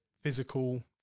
physical